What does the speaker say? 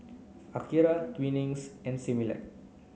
Akira Twinings and Similac